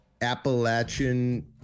Appalachian